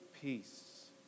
peace